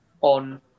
on